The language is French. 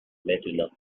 maintenant